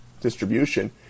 distribution